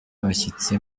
abashyitsi